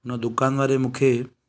उन दुकान वारे मूंखे